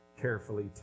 carefully